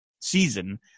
season